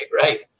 Right